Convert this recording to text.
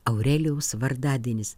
aurelijaus vardadienis